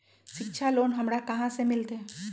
शिक्षा लोन हमरा कहाँ से मिलतै?